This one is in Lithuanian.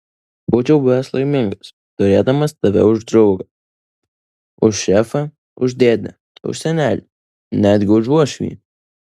būčiau buvęs laimingas turėdamas tave už draugą už šefą už dėdę už senelį netgi už uošvį